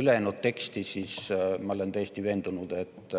ülejäänud teksti, siis ma olen täiesti veendunud, et